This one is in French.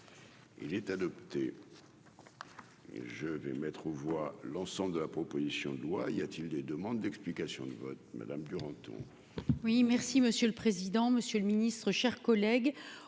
il est adopté. Je vais mettre aux voix l'ensemble de la proposition de loi, y a-t-il des demandes d'explications de vote Madame Duranton.